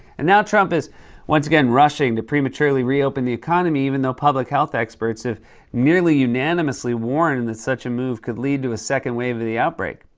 and now trump is once again rushing to prematurely reopen the economy, even though public health experts have nearly unanimously warned and that such move could lead to a second wave of the outbreak.